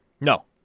No